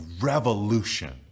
revolution